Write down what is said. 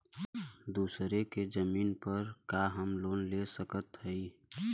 दूसरे के जमीन पर का हम लोन ले सकत हई?